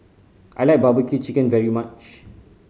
I like barbecue chicken very much